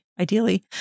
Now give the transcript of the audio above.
ideally